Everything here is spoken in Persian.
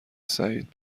سعید